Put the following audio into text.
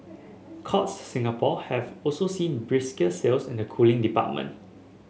Courts Singapore have also seen brisker sales in the cooling department